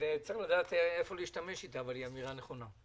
צריך לדעת מתי להשתמש בה אבל היא אמירה נכונה.